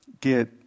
Get